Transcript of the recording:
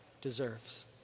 deserves